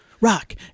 Rock